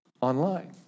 online